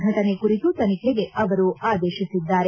ಘಟನೆ ಕುರಿತು ತನಿಖೆಗೆ ಅವರು ಆದೇಶಿಸಿದ್ದಾರೆ